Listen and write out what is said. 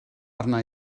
arna